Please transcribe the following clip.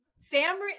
Sam